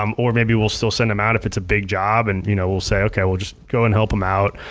um or maybe we'll still send them out if it's a big job and you know we'll say, okay, just go and help em out,